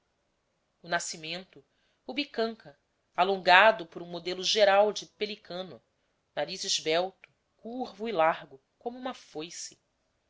o nascimento o bicanca alongado por um modelo geral de pelicano nariz esbelto curvo e largo como uma foice